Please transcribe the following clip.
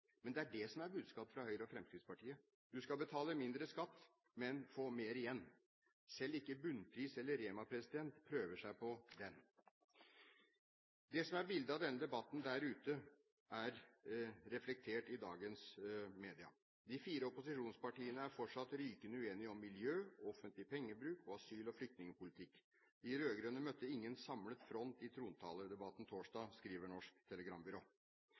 Men det er det som er budskapet fra Høyre og Fremskrittspartiet. Du skal betale mindre skatt, men få mer igjen. Selv ikke Bunnpris eller Rema prøver seg på den. Det som er bildet av denne debatten der ute, er reflektert i dagens media. De fire opposisjonspartiene er fortsatt rykende uenige om miljø, offentlig pengebruk og asyl- og flyktningpolitikk. De rød-grønne møtte ingen samlet front i trontaledebatten torsdag, skriver Norsk Telegrambyrå.